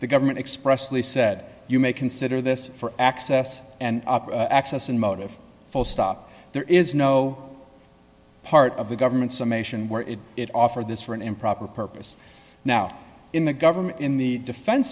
the government expressly said you may consider this for access and access and motive full stop there is no part of the government summation where it it offered this for an improper purpose now in the government in the defense